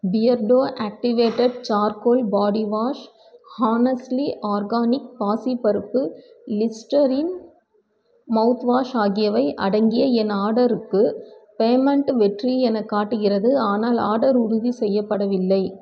Beardo activated charcoal body wash honestly organic பாசிப் பருப்பு Listerine mouth wash ஆகியவை அடங்கிய என் ஆர்டருக்கு பேமெண்ட் வெற்றி எனக் காட்டுகிறது ஆனால் ஆர்டர் உறுதி செய்யப்படவில்லை